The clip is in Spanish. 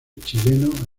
chileno